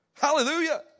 Hallelujah